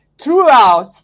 throughout